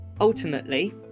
Ultimately